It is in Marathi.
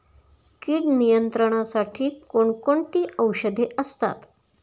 कीड नियंत्रणासाठी कोण कोणती औषधे असतात?